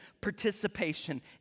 participation